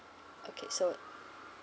okay so